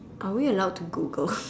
are we allowed to Google